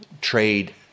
trade